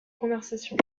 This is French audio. conversation